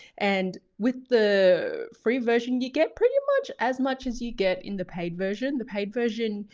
and with the free version you get pretty much as much as you get in the paid version, the paid version,